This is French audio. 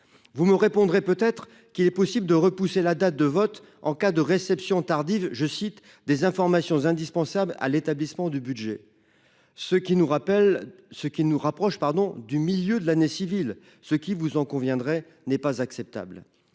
Vous me répondrez. Peut-être qu'il est possible de repousser la date de vote en cas de réception tardive je cite des informations indispensables à l'établissement du budget. Ce qui nous rappelle ce qui nous rapproche pardon du milieu de l'année civile, ce qui vous en conviendrez n'est pas acceptable.